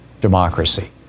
democracy